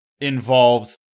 involves